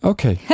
Okay